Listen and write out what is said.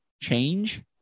change